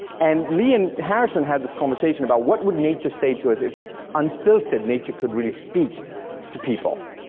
and lee and harrison had this conversation about what would nature say to us if unfiltered, nature could really speak to people?